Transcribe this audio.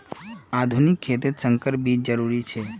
आधुनिक खेतित संकर बीज जरुरी छे